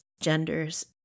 genders